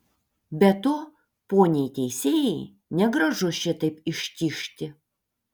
be to poniai teisėjai negražu šitaip ištižti